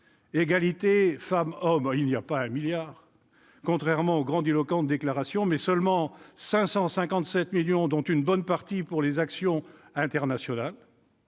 et les hommes, il n'y a pas 1 milliard d'euros, contrairement aux grandiloquentes déclarations, mais seulement 557 millions d'euros, dont une bonne partie pour des actions internationales.